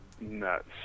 nuts